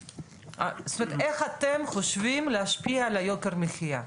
איך אתם חושבים להשפיע על יוקר המחיה?